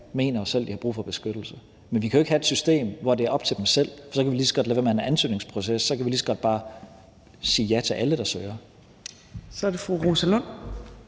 mener jo selv, at de har brug for beskyttelse. Men vi kan jo ikke have et system, hvor det er op til dem selv, for så kan vi jo lige så godt lade være med at have en ansøgningsproces. Så kan vi lige så godt bare sige ja til alle, der søger. Kl.